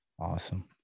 Awesome